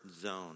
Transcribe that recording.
zone